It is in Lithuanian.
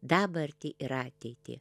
dabartį ir ateitį